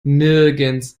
nirgends